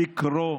לקרוא,